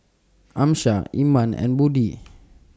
Amsyar Iman and Budi